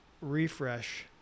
refresh